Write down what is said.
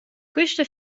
quista